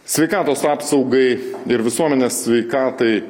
sveikatos apsaugai ir visuomenės sveikatai